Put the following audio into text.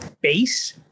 base